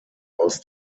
aus